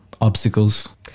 obstacles